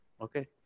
Okay